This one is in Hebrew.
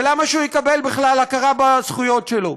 למה שהוא יקבל בכלל הכרה בזכויות שלו?